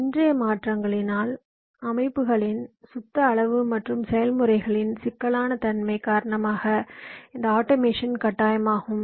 இன்றைய மாற்றங்களினால் அமைப்புகளின் சுத்த அளவு மற்றும் செயல்முறைகளின் சிக்கலான தன்மை காரணமாக இந்த ஆட்டோமேஷன் கட்டாயமாகும்